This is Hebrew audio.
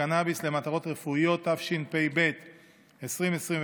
בקנביס למטרות רפואיות, התשפ"ב 2021,